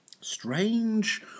strange